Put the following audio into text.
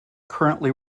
currently